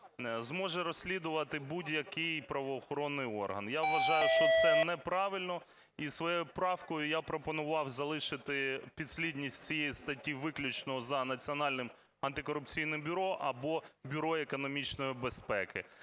зможе розслідувати будь-який правоохоронний орган. Я вважаю, що це неправильно. І своєю правкою я пропонував залишити підслідність цієї статті виключно за Національним антикорупційним бюро або Бюро економічної безпеки.